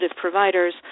providers